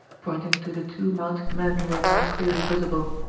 pointing to the two mounted men who were now clearly visible.